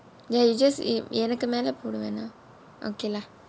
ya you just எனக்கு மேலே போட வேண்டாம்:enakku maela poda vendam okay lah